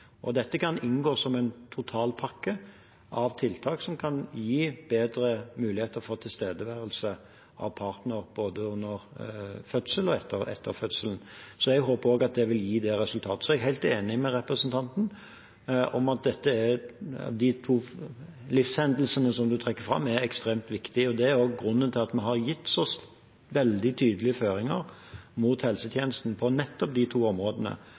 Dette kan inngå som en totalpakke av tiltak som kan gi bedre muligheter for tilstedeværelse av partner både under og etter fødselen. Jeg håper også at det vil gi det resultatet. Jeg er helt enig med representanten i at de to livshendelsene hun trekker fram, er ekstremt viktige. Det er grunnen til at vi har gitt så veldig tydelige føringer mot helsetjenesten på nettopp de to områdene,